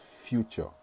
future